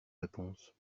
réponses